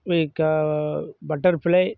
விகா butterfly